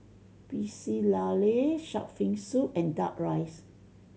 Pecel Lele shark fin soup and Duck Rice